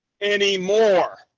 anymore